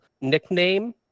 nickname